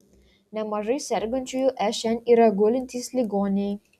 nemažai sergančiųjų šn yra gulintys ligoniai